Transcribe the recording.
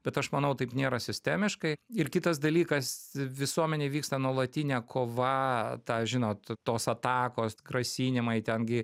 bet aš manau taip nėra sistemiškai ir kitas dalykas visuomenėj vyksta nuolatinė kova tą žinot tos atakos grasinimai ten gi